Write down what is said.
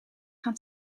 gaan